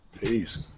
Peace